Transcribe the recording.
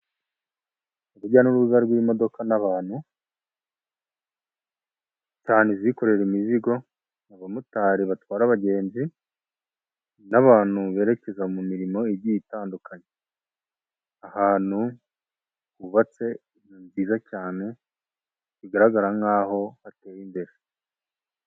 Urujya n'uruza rw'modoka n'abantu, cyane izikorera imizigo, abamotari batwara abagenzi n'abantu berekeza mu mirimo igiye itandukanye, ahantu hubatse inzu nziza cyane bigaragara nk'aho hateye imbere.